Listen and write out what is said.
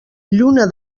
lluna